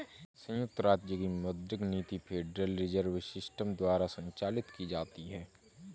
संयुक्त राज्य की मौद्रिक नीति फेडरल रिजर्व सिस्टम द्वारा संचालित की जाती है